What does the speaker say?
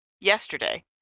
Yesterday